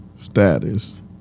status